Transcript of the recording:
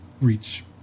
reach